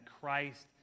Christ